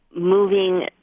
moving